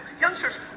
Youngsters